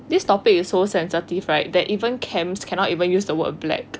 this topic is so sensitive right that even camps cannot even use the word black